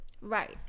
Right